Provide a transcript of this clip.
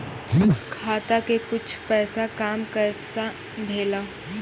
खाता के कुछ पैसा काम कैसा भेलौ?